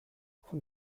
von